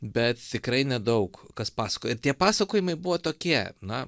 bet tikrai nedaug kas pasakoja ir tie pasakojimai buvo tokie na